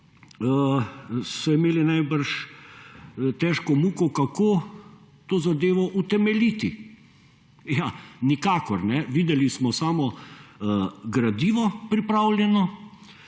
so imeli najbrž težko muko kako to zadevo utemeljiti. Ja, nikakor. Videli smo samo gradivo pripravljeno